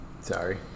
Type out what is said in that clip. Sorry